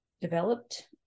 developed